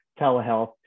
telehealth